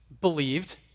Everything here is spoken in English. believed